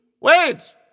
Wait